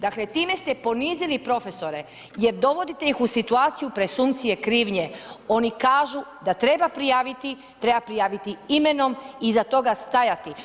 Dakle time ste ponizili profesore jer dovodite ih u situaciju presumpcije krivnje, oni kažu da treba prijaviti, treba prijaviti imenom i iza toga stajati.